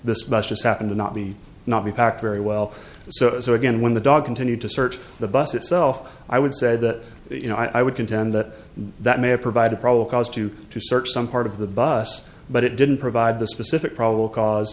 must just happen to not be not be packed very well so and so again when the dog continued to search the bus itself i would say that you know i would contend that that may have provided probably cause to search some part of the bus but it didn't provide the specific probable cause